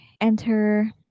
enter